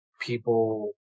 people